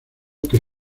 que